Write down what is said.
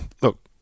look